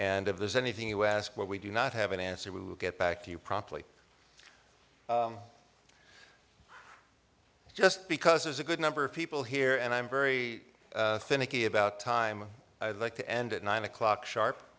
and of this anything you ask what we do not have an answer we will get back to you promptly just because there's a good number of people here and i'm very finicky about time i like to end at nine o'clock sharp